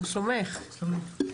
כמובן,